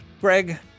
Greg